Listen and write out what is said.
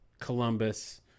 Columbus